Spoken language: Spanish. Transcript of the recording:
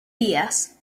días